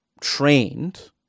trained